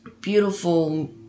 Beautiful